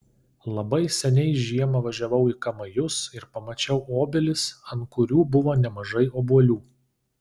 labai seniai žiemą važiavau į kamajus ir pamačiau obelis ant kurių buvo nemažai obuolių